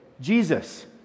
Jesus